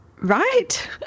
right